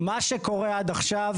מה שקורה עד עכשיו,